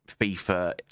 FIFA